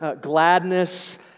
gladness